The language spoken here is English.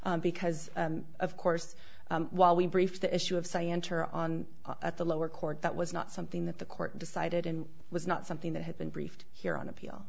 because of course while we brief the issue of say enter on at the lower court that was not something that the court decided and was not something that had been briefed here on appeal